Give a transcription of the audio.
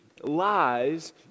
lies